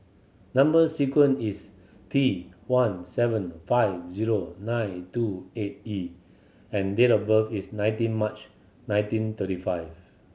number sequence is T one seven five zero nine two eight E and date of birth is nineteen March nineteen thirty five